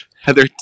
Heather